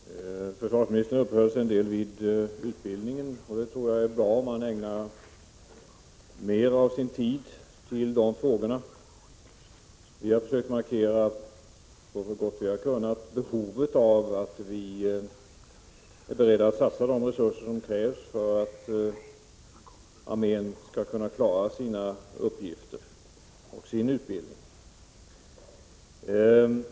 Fru talman! Försvarsministern uppehöll sig en del vid utbildningen. Jag tror att det är bra om han ägnar de frågorna mer av sin tid. Vi har så gott vi har kunnat försökt markera att vi är beredda att satsa de resurser som krävs för att armén skall kunna klara sina uppgifter och sin utbildning.